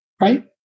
right